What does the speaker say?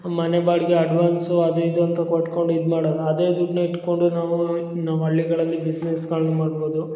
ಮನೆ ಬಾಡ್ಗೆ ಅಡ್ವಾನ್ಸು ಅದು ಇದು ಅಂತ ಕೊಟ್ಕೊಂಡು ಇದು ಮಾಡೋದು ಅದೇ ದುಡ್ನ ಇಟ್ಕೊಂಡು ನಾವು ನಮ್ಮ ಹಳ್ಳಿಗಳಲ್ಲಿ ಬಿಸ್ನೆಸ್ಗಳ್ನ ಮಾಡ್ಬೋದು